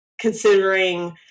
considering